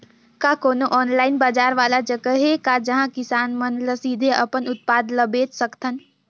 का कोनो ऑनलाइन बाजार वाला जगह हे का जहां किसान मन ल सीधे अपन उत्पाद ल बेच सकथन?